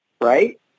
Right